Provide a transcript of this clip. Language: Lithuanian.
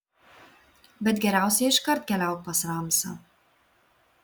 bet geriausiai iškart keliauk pas ramsą